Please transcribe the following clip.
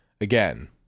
again